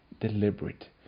deliberate